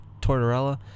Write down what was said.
Tortorella